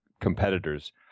competitors